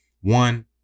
one